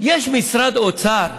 יש משרד האוצר,